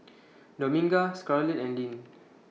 Dominga Scarlet and Lyn